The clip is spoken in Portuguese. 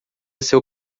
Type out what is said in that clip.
seu